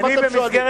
למה אתם שותקים?